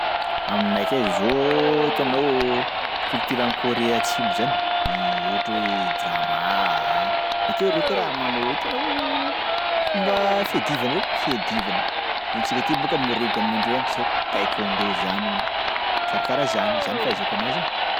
Aminakay zao hitanao culture any Korea Atsimo zany ohatry hoe drama, bakeo reo koa raha manao hitanao fomba fiadivana reny, fiadivana ny antsika aty bôka morenga amin'ny andreo any tsy haiko taekwondo zany hono. Karakaraha zany, zany fahaizako anazy e.